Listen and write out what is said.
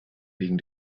wegen